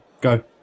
Go